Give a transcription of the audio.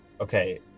okay